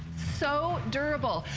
so durable.